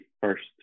first